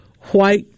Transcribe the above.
white